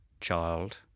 child